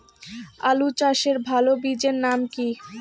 আলু চাষের ভালো বীজের নাম কি?